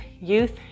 youth